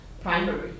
primary